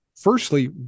Firstly